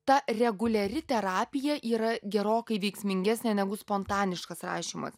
ta reguliari terapija yra gerokai veiksmingesnė negu spontaniškas rašymas